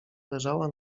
leżała